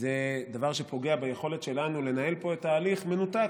זה דבר שפוגע ביכולת שלנו לנהל פה תהליך מנותק